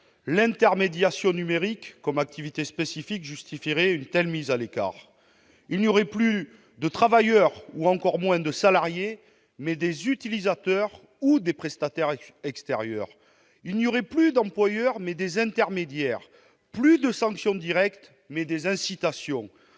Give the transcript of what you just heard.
L'intermédiation numérique comme activité spécifique justifierait une telle mise à l'écart : il n'y aurait plus de travailleurs et encore moins de salariés, mais des utilisateurs ou des prestataires extérieurs ; il n'y aurait plus d'employeurs, mais des intermédiaires, plus de sanctions directes, mais des incitations